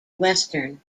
western